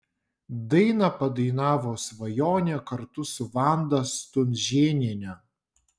dainą padainavo svajonė kartu su vanda stunžėniene